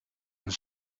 een